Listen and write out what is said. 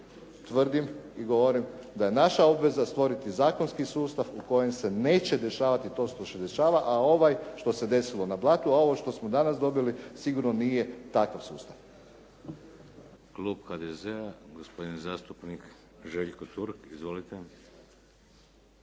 tvrdim i govorim da je naša obveza stvoriti zakonski sustav u kojem se neće dešavati to što se dešava, a ovaj što se desilo na Blatu, a ovo što smo danas dobili sigurno nije takav sustav. **Šeks, Vladimir (HDZ)** Klub HDZ-a, gospodin zastupnik Željko Turk. Izvolite.